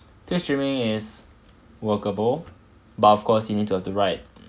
this streaming is workable but of course you need to have the right